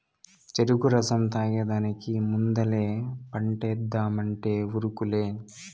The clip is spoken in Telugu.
చెరుకు రసం తాగేదానికి ముందలే పంటేద్దామంటే ఉరుకులే